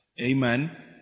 Amen